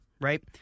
right